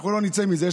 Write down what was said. אנחנו לא נצא מזה.